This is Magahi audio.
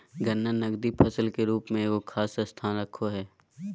गन्ना नकदी फसल के रूप में एगो खास स्थान रखो हइ